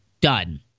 done